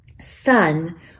son